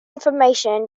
information